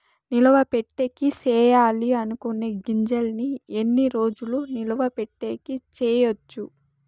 నిలువ పెట్టేకి సేయాలి అనుకునే గింజల్ని ఎన్ని రోజులు నిలువ పెట్టేకి చేయొచ్చు